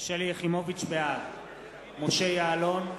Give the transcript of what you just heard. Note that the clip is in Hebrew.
בעד משה יעלון,